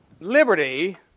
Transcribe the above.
Liberty